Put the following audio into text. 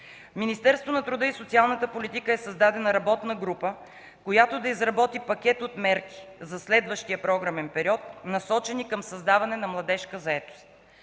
Министерството на труда и социалната политика е създадена работна група, която да изработи пакет от мерки за следващия програмен период, насочени към създаване на младежка заетост.